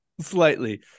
Slightly